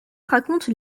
raconte